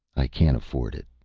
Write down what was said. i can't afford it,